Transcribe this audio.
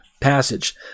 passage